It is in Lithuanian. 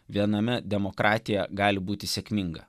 viename demokratija gali būti sėkminga